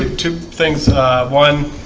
ah two things one